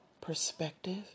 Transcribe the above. perspective